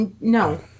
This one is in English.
No